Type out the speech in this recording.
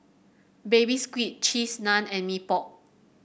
Baby Squid Cheese Naan and Mee Pok